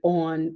on